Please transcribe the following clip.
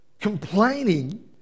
Complaining